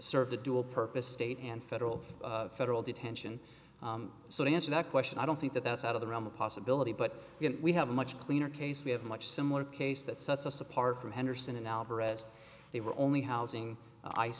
serve the dual purpose state and federal federal detention so they answer that question i don't think that that's out of the realm of possibility but we have a much cleaner case we have much similar case that sets us apart from henderson alvarez they were only housing ice